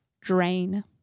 Drain